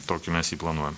tokį mes jį planuojam